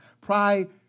Pride